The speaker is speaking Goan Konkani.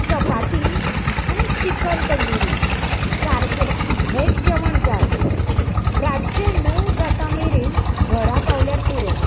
चपाती आनी चिकन तंदुरी सारकें हेच जेवण जाय रातचें णव जाता मेरेन घरा पावल्यार पुरो